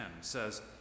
says